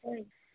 ஆ